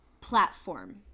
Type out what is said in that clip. platform